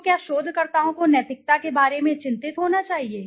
तो क्या शोधकर्ताओं को नैतिकता के बारे में चिंतित होना चाहिए